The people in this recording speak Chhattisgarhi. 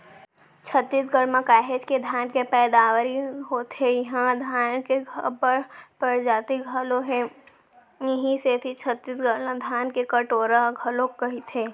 छत्तीसगढ़ म काहेच के धान के पैदावारी होथे इहां धान के अब्बड़ परजाति घलौ हे इहीं सेती छत्तीसगढ़ ला धान के कटोरा घलोक कइथें